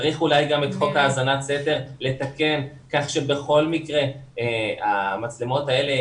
צריך אולי לתקן גם את חוק האזנת סתר כך שבכל מקרה המצלמות האלה.